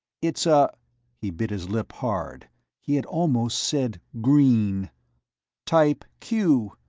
it's a he bit his lip, hard he had almost said green type q,